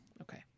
Okay